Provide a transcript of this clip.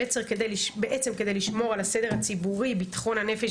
כדי לשמור על הסדר הציבורי ביטחון הנפש